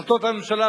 החלטות הממשלה,